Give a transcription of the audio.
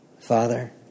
Father